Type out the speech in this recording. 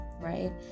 right